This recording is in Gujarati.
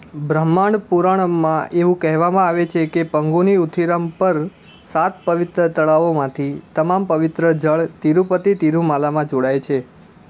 બ્રહ્માંડ પુરાણમાં એવું કહેવામાં આવે છે કે પંગુની ઉથિરમ પર સાત પવિત્ર તળાવોમાંથી તમામ પવિત્ર જળ તિરુપતિ તિરુમાલામાં જોડાય છે